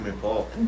Paul